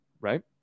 Right